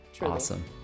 Awesome